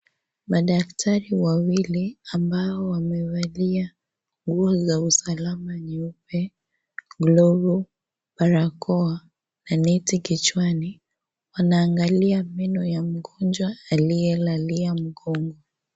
Madaktari wawili ambao wamevali nguo za usalama nyeupe, glovu, barakoa, na neti kichwani wanaangalia meno ya mgonjwa aliyelalia mgongo.